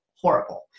horrible